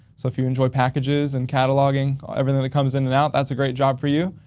so if you enjoy packages and cataloging everything that comes in and out that's a great job for you,